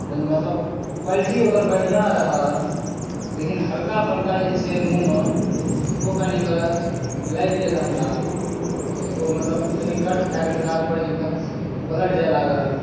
मतलब क्वालिटी ओकर बढ़िऑं रहै लेकिन हल्का पलका जे छै मूँह मे ओ कनिक लागि गेल हमरा ओ मतलब कनि कटि गेल गाल पर जे मतलब ब्लड जाय लागल